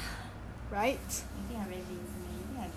you think I very lazy meh you think I that lazy